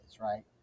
right